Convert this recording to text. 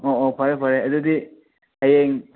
ꯑꯣ ꯑꯣ ꯐꯔꯦ ꯐꯔꯦ ꯑꯗꯨꯗꯤ ꯍꯌꯦꯡ